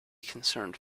concerned